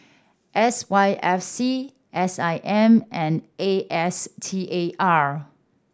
S Y F C S I M and A S T A R